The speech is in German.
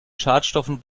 schadstoffen